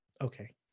Okay